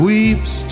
Weeps